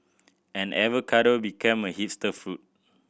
and avocado became a hipster food